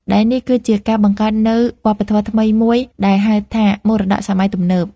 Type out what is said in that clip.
ដែលនេះគឺជាការបង្កើតនូវវប្បធម៌ថ្មីមួយដែលហៅថា មរតកសម័យទំនើប ។